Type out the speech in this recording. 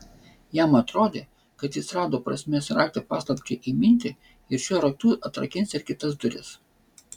jam atrodė kad jis rado prasmės raktą paslapčiai įminti ir šiuo raktu atrakins ir kitas duris